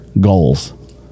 goals